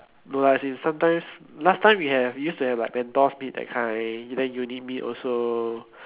no lah as in sometimes last time we have used to have like meet that kind then unit meet also